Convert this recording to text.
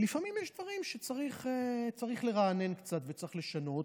לפעמים יש דברים שצריך לרענן קצת וצריך לשנות,